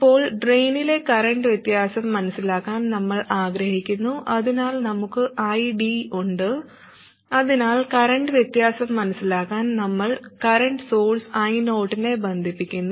ഇപ്പോൾ ഡ്രെയിനിലെ കറന്റ് വ്യത്യാസം മനസിലാക്കാൻ നമ്മൾ ആഗ്രഹിക്കുന്നു അതിനാൽ നമുക്ക് ID ഉണ്ട് അതിനാൽ കറന്റ് വ്യത്യാസം മനസിലാക്കാൻ നമ്മൾ കറന്റ് സോഴ്സ് I0 നെ ബന്ധിപ്പിക്കുന്നു